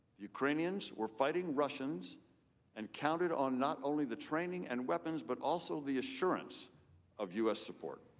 ukrainians were fighting russians and counted on not only the training and weapons, but also the assurance of u. s. support.